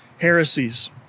heresies